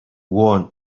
want